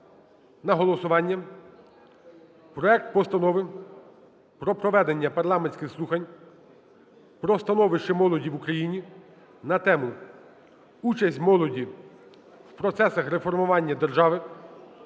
на голосування проект Постанови про проведення парламентських слухань про становище молоді в Україні на тему: "Участь молоді в процесах реформування держави"